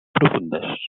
profundes